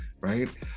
right